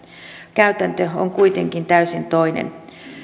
käytäntö on kuitenkin täysin toinen